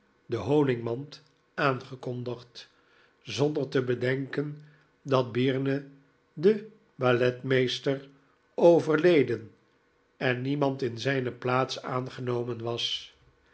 van tobin dehonigmand aangekondigd zondcr te bcdenken dat byrne de balletmeester overleden en niemand in zijne plaats aangenomen was